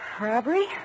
Robbery